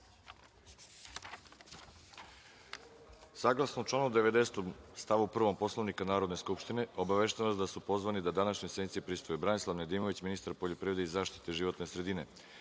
reda. Saglasno članu 90. stav 1. Poslovnika Narodne skupštine, obaveštavam vas da su pozvani da današnjoj sednici prisustvuju: Branislav Nedimović, ministar poljoprivrede i zaštite životne sredine,